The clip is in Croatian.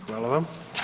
Hvala vam.